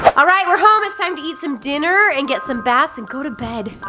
alright we're home, it's time to eat some dinner and get some baths and go to bed.